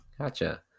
Gotcha